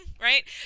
Right